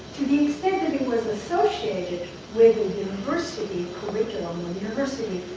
to the extend that it was associated with the university curriculum, the university